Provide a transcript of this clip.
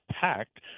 packed